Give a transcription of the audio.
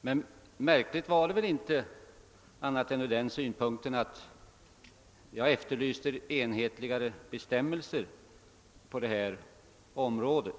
Men anförandet var väl inte märkligt annat än ur den synpunkten att jag efterlyste mer enhetliga bestämmelser på detta område.